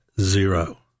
zero